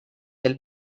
del